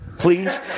Please